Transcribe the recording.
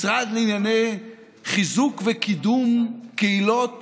משרד לענייני חיזוק וקידום קהילות